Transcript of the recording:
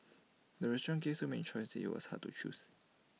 the restaurant gave so many choices IT was hard to choose